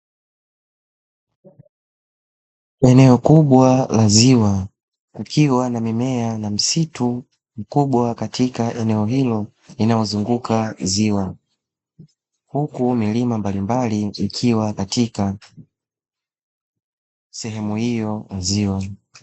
Eneo kubwa la ziwa likiwa na mimea na msitu mkubwa katika eneo hilo linalozunguka ziwa, huku milima mbalimbali ikiwa katika sehemu hiyo ya ziwa.